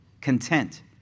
Content